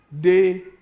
day